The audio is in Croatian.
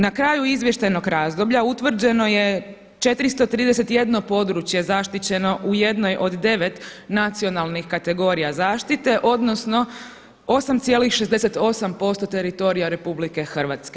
Na kraju izvještajnog razdoblja utvrđeno je 431 područje zaštićeno u jednoj od 9 nacionalnih kategorija zaštite odnosno 8,68% teritorija RH.